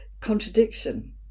contradiction